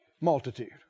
multitude